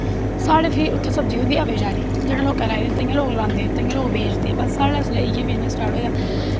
साढ़ै फ्ही उत्थें सब्दी होंदे अवेचारी जिनैं लोकैं लाई दी होंदी तांईयैं लोक लांदे तांईयैं लोग बेचदे बस साढ़ै इसलै इयै बिजनस स्टार्ट होए दा